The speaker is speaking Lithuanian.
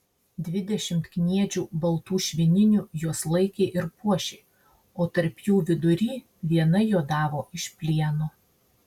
dvidešimt kniedžių baltų švininių juos laikė ir puošė o tarp jų vidury viena juodavo iš plieno